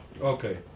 okay